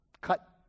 cut